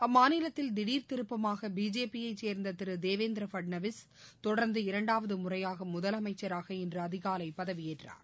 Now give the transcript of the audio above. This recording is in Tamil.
அம்மாநிலத்தில் திடர் திருப்பமாக பிஜேபியை சேர்ந்த திரு தேவேந்திர பட்னாவிஸ் தொடர்ந்து இரண்டாவது முறையாக முதலமைச்சராக இன்று அதிகாலை பதவியேற்றார்